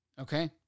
Okay